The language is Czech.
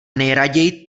nejraději